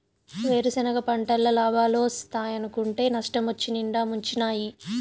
వేరుసెనగ పంటల్ల లాబాలోస్తాయనుకుంటే నష్టమొచ్చి నిండా ముంచినాయి